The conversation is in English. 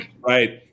Right